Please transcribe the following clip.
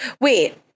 Wait